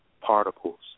particles